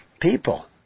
people